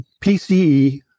PCE